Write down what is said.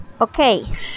Okay